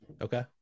Okay